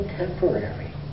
temporary